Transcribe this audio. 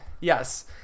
Yes